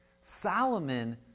Solomon